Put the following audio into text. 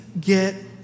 get